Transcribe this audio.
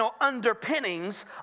underpinnings